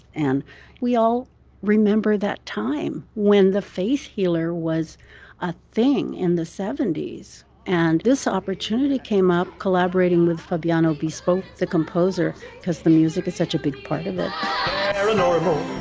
and we all remember that time when the faith healer was a thing in the seventy s and this opportunity came up collaborating with fabiano bespoke the composer because the music is such a big part of the paranormal